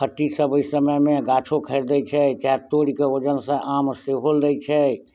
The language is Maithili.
खट्टी सब ओहि समयमे गाछो खैरदै छै जाएत तोरि कऽ वजन सऽ आम सेहो लै छै